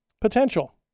Potential